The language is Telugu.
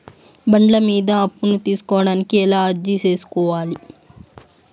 బండ్ల మీద అప్పును తీసుకోడానికి ఎలా అర్జీ సేసుకోవాలి?